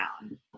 down